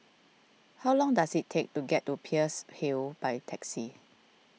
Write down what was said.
how long does it take to get to Peirce Hill by taxi